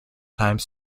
time